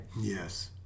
Yes